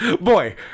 Boy